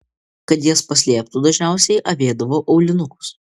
kad jas paslėptų dažniausiai avėdavo aulinukus